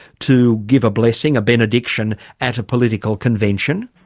to give a blessing, a benediction at a political convention.